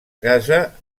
casa